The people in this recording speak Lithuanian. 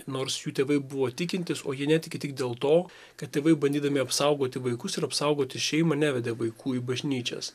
nors jų tėvai buvo tikintys o jie netiki tik dėl to kad tėvai bandydami apsaugoti vaikus ir apsaugoti šeimą nevedė vaikų į bažnyčias